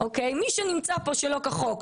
מי שנמצא פה שלא כחוק,